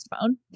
phone